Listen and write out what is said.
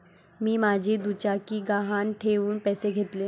मी माझी दुचाकी गहाण ठेवून पैसे घेतले